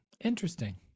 Interesting